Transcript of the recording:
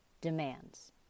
demands